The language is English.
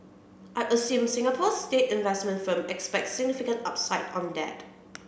I assume Singapore's state investment firm expects significant upside on that